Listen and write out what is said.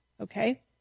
Okay